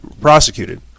prosecuted